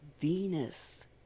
Venus